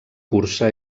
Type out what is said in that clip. cursa